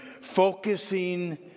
focusing